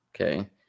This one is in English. Okay